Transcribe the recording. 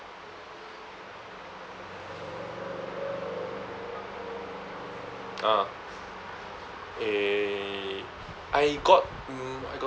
ah eh I got mm I